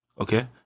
Okay